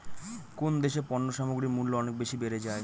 কোন দেশে পণ্য সামগ্রীর মূল্য অনেক বেশি বেড়ে যায়?